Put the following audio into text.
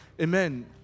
Amen